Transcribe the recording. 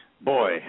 Boy